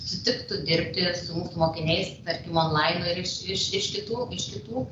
sutiktų dirbti su mokiniais tarkim lainu ir iš iš iš kitų iš kitų